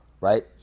right